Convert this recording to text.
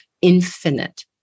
infinite